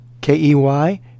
K-E-Y